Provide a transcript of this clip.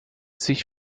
sich